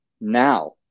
now